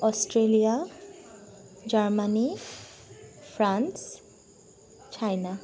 Australia Germany France China